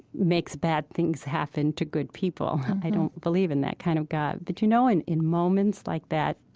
makes bad things happen to good people. i don't believe in that kind of god. but, you know, and in moments like that,